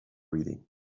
reading